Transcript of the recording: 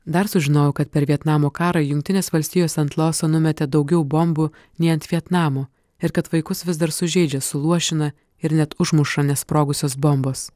dar sužinojau kad per vietnamo karą jungtinės valstijos ant laoso numetė daugiau bombų nei ant vietnamo ir kad vaikus vis dar sužeidžia suluošina ir net užmuša nesprogusios bombos